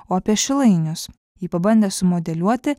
o apie šilainius ji pabandė sumodeliuoti